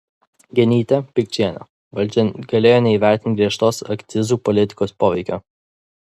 genytė pikčienė valdžia galėjo neįvertinti griežtos akcizų politikos poveikio